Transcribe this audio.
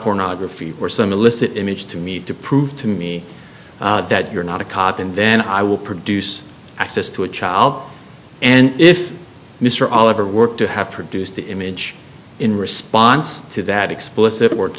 pornography or some illicit image to me to prove to me that you're not a cop and then i will produce access to a child and if mr oliver worked to have produced the image in response to that explicit word